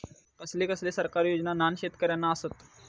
कसले कसले सरकारी योजना न्हान शेतकऱ्यांना आसत?